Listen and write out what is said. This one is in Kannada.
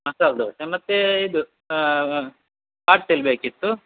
ಮಸಾಲ ದೋಸೆ ಮತ್ತು ಇದು ಪಾರ್ಸೆಲ್ ಬೇಕಿತ್ತು